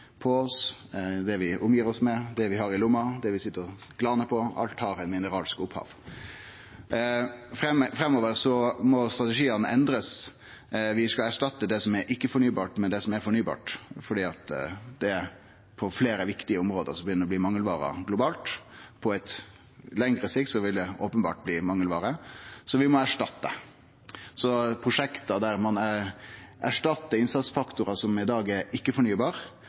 på oss, det vi omgir oss med, det vi har i lomma, og det vi sit og glanar på – alt har mineralsk opphav. Framover må strategiane endrast. Vi skal erstatte det som er ikkje-fornybart, med det som er fornybart, for på fleire viktige område begynner det å bli mangelvare av det globalt, og på lengre sikt vil det openbert bli det. Vi må erstatte det i prosjekt der ein erstattar innsatsfaktorar som i dag er ikkje-fornybare, med fornybare innsatsfaktorar, som f.eks. at ein bruker lignin til å utvikle biobaserte batteri. Det er